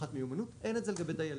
והוכחת מיומנות, אין את זה לגבי דיילים.